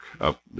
up